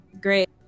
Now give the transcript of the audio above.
Great